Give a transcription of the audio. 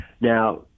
Now